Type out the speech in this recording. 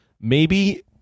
maybe-